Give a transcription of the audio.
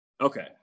Okay